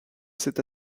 cet